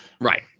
Right